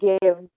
give